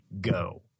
Go